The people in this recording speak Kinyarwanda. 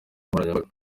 nkoranyambaga